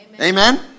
Amen